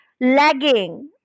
lagging